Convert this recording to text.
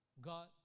God